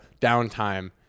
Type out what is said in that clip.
Downtime